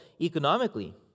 economically